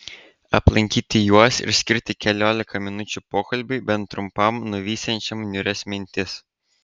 aplankyti juos ir skirti keliolika minučių pokalbiui bent trumpam nuvysiančiam niūrias mintis